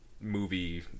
movie